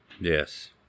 Yes